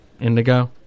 Indigo